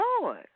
Lord